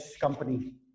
company